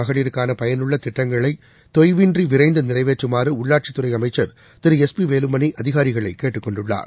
மகளிருக்கானபயனுள்ளதிட்டங்களைதொய்வின்றிவிரைந்துநிறைவேற்றுமாறுஉள்ளாட்சித்துறைஅமை ச்சர் திரு எஸ் பிவேலுமணிஅதிகாரிகளைக் கேட்டுக் கொண்டுள்ளார்